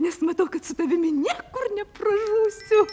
nes matau kad su tavimi niekur nepražūsiu